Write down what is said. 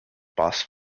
boss